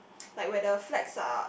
like where the flags are